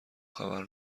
خبر